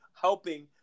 helping